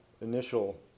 initial